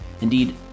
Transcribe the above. Indeed